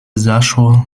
zaszło